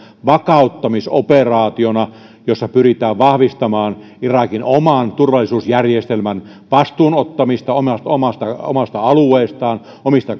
vakauttamisoperaationa jossa pyritään vahvistamaan irakin oman turvallisuusjärjestelmän vastuun ottamista omasta omasta alueestaan omista